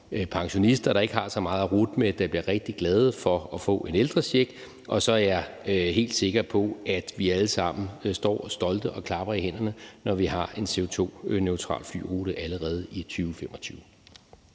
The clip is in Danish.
pensionister, der ikke har så meget at rutte med, der bliver rigtig glade for at få en ældrecheck, og så er jeg helt sikker på, at vi alle sammen står stolte og klapper i hænderne, når vi har en CO2-neutral flyrute allerede i 2025.